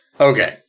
Okay